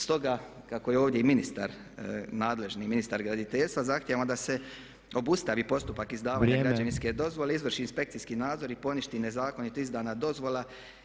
Stoga kako je i ovdje ministar, nadležni ministar graditeljstva, zahtijevamo da se obustavi postupak izdavanja građevinske dozvole, izvrši inspekcijski nadzor i poništi nezakonito izdana dozvala.